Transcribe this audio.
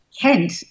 Kent